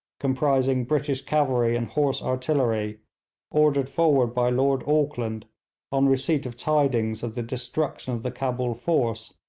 comprising british cavalry and horse-artillery, ordered forward by lord auckland on receipt of tidings of the destruction of the cabul force,